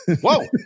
Whoa